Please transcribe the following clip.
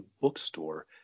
bookstore